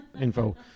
info